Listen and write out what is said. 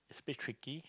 a bit tricky